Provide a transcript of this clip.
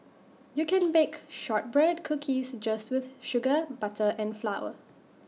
you can bake Shortbread Cookies just with sugar butter and flour